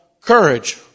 courage